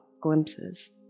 glimpses